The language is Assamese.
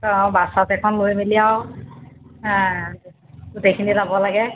অঁ বাছত এইখন লৈ মেলি আৰু হা গোটেইখিনি যাব লাগে